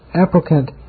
applicant